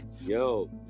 Yo